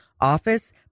office